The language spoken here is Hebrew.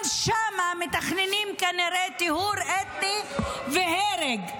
גם שם מתכננים כנראה טיהור אתני והרג.